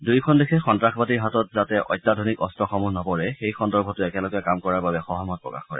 দুয়োখন দেশে সন্তাসবাদীৰ হাতত যাতে অত্যাধুনিক অন্ত্ৰসমূহ নপৰে সেই সন্দৰ্ভতো একেলগে কাম কৰাৰ বাবে সহমত প্ৰকাশ কৰে